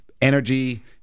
energy